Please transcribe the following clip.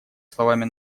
словами